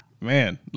man